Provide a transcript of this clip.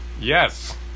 Yes